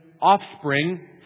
offspring